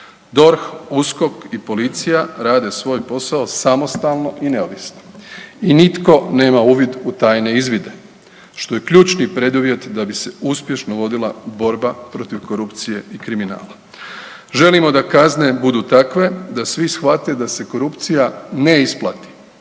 DORH, USKOK i policija rade svoj posao samostalno i neovisno i nitko ne uvid u tajne izvide što je ključni preduvjet da bi se uspješno vodila borba protiv korupcije i kriminala. Želimo da kazne budu takve da svi shvate da se korupcija ne isplati.